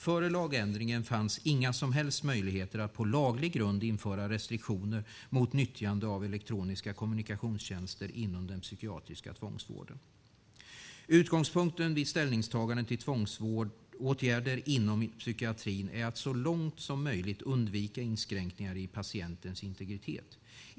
Före lagändringen fanns inga som helst möjligheter att på laglig grund införa restriktioner mot nyttjande av elektroniska kommunikationstjänster inom den psykiatriska tvångsvården. Utgångspunkten vid ställningstaganden till tvångsåtgärder inom psykiatrin är att så långt som möjligt undvika inskränkningar i patientens integritet.